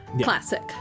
Classic